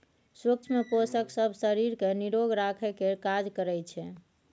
सुक्ष्म पोषक सब शरीर केँ निरोग राखय केर काज करइ छै